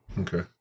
okay